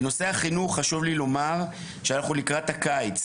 לנושא החינוך חשוב לי לומר שאנחנו לקראת הקיץ.